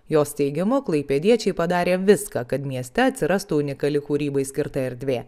jos teigimu klaipėdiečiai padarė viską kad mieste atsirastų unikali kūrybai skirta erdvė